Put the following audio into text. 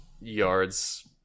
yards